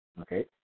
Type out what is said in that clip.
okay